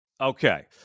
Okay